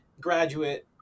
graduate